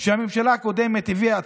שהממשלה הקודמת הביאה,